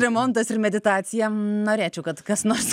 remontas ir meditacija norėčiau kad kas nors